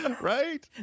Right